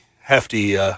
hefty –